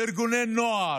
לארגוני נוער,